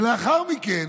לאחר מכן,